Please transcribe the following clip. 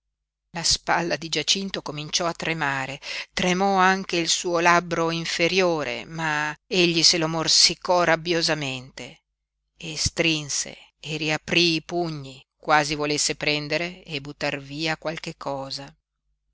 la spalla di giacinto cominciò a tremare tremò anche il suo labbro inferiore ma egli se lo morsicò rabbiosamente e strinse e riaprí i pugni quasi volesse prendere e buttar via qualche cosa